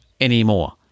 anymore